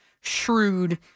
shrewd